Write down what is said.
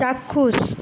চাক্ষুষ